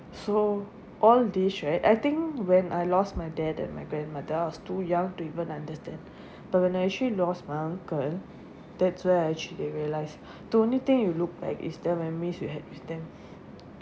so all these right I think when I lost my dad and my grandmother I was too young to even understand but when I actually lost my uncle that's where I actually realise the only thing you look back is the memories you had with them